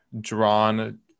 drawn